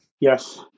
Yes